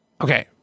Okay